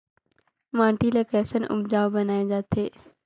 माटी ला कैसन उपजाऊ बनाय जाथे?